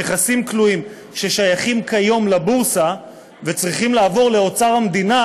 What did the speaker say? נכסים כלואים ששייכים כיום לבורסה וצריכים לעבור לאוצר המדינה,